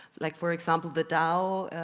like for example the dao,